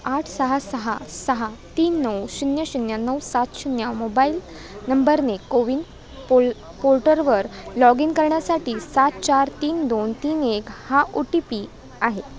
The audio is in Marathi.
आठ सहा सहा सहा तीन नऊ शून्य शून्य नऊ सात शून्य मोबाईल नंबरने कोविन पोल पोर्टलवर लॉग इन करण्यासाठी सात चार तीन दोन तीन एक हा ओ टी पी आहे